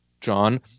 John